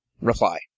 reply